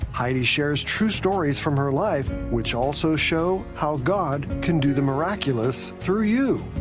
heidi shares true stories from her life, which also shows how god can do the miraculous through you.